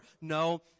No